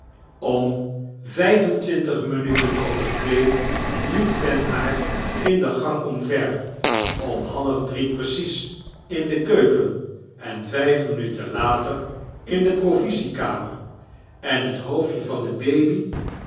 om vijfentwintig minuten over twee liep men haar in de gang omver om half drie precies in de keraken en vijf minuten later in de provisiekamex en t hoofdje van de baby